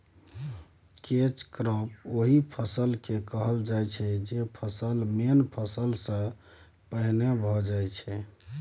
catch crop ओहि फसल केँ कहल जाइ छै जे फसल मेन फसल सँ पहिने भए जाइ छै